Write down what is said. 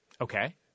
Okay